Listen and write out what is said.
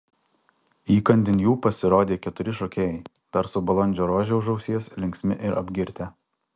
įkandin jų pasirodė keturi šokėjai dar su balandžio rože už ausies linksmi ir apgirtę